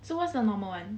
so what's the normal [one]